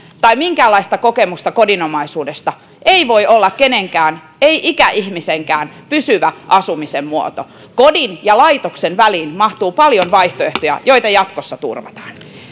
tai minkäänlaista kokemusta kodinomaisuudesta ei voi olla kenenkään ei ikäihmisenkään pysyvä asumisen muoto kodin ja laitoksen väliin mahtuu paljon vaihtoehtoja joita jatkossa turvataan